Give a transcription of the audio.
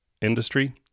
industry